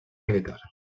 militar